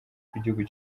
bw’igihugu